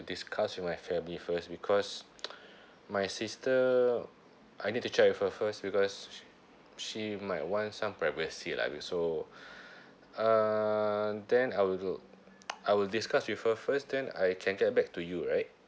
discuss with my family first because my sister I need to check with her first because she might want some privacy lah so uh then I will do I will discuss with her first then I can get back to you right